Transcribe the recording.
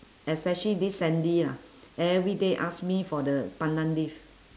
especially this sandy ah everyday ask me for the pandan leaf